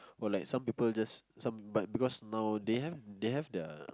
or like some people just some but because now they have they have the